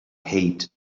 height